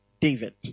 David